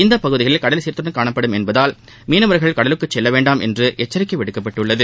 இப்பகுதிகளில் கடல் சீற்றத்துடன் காணப்படும் என்பதால் மீனவர்கள் கடலுக்குள் செல்ல வேண்டாம் என்று எச்சரிக்கை விடுக்கப்பட்டுள்ளது